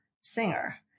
singer